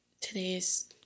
today's